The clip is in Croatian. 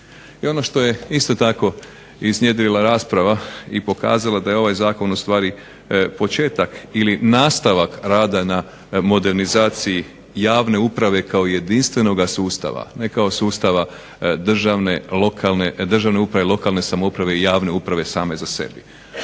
I ono što je isto tako iznjedrila rasprava i pokazala da je ovaj zakon ustvari početak ili nastavak rada na modernizaciji javne uprave kao jedinstvenoga sustava, ne kao sustava državne uprave, lokalne samouprave i javne uprave same za sebe.